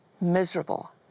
miserable